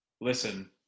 listen